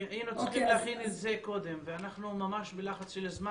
כי היינו צריכים להכין את זה קודם ואנחנו ממש בלחץ של זמן,